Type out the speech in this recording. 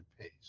pace